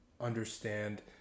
understand